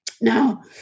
Now